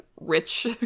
rich